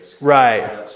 Right